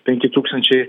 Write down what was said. penki tūkstančiai